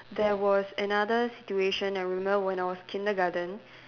there was another situation I remember when I was kindergarten